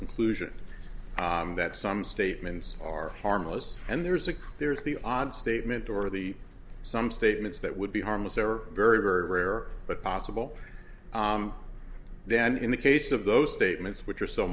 conclusion that some statements are harmless and there's a clear is the odd statement or the some statements that would be harmless there are very rare but possible then in the case of those statements which are so